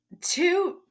two